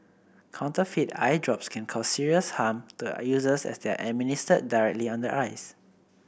counterfeit eye drops can cause serious harm to users as they are administered directly on the eyes